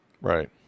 Right